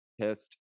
pissed